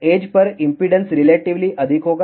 as पर impedance relatively अधिक होगी